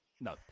No